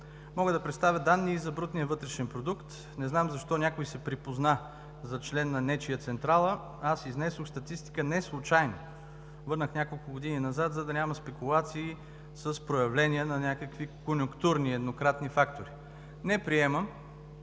Мога да представя данни и за брутния вътрешен продукт. Не знам защо някой се припозна за член на нечия централа, аз изнесох статистика. Неслучайно върнах няколко години назад, за да няма спекулации с проявления на някакви конюнктурни и еднократни фактори. Не приемам